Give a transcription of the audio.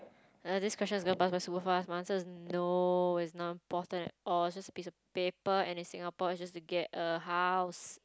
err this question is going to pass by super fast my answer no it's not important at all it's just a piece of paper and it's Singapore just to get a house